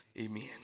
Amen